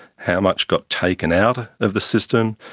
how much got taken out of the system,